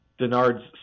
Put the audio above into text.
Denard's